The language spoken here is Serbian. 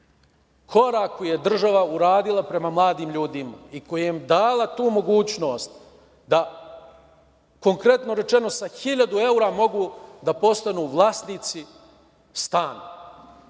korak koji je država uradila prema mladim ljudima i dala im tu mogućnost da konkretno rečeno, da sa hiljadu eura mogu da postanu vlasnici stana